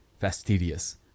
fastidious